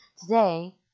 Today